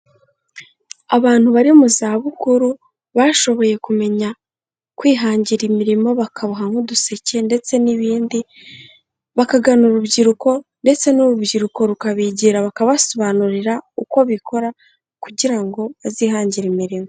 Abantu bari mu zabukuru, bashoboye kumenya kwihangira imirimo bakabaha nk'duseke ndetse n'ibindi, bakagana urubyiruko ndetse n'urubyiruko rukabegera bakabasobanurira uko bikora, kugira ngo bazihangire imirimo.